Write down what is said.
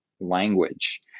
language